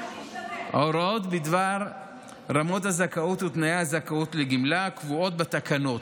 ההוראות בדבר רמות הזכאות ותנאי הזכאות לגמלה קבועות בתקנות.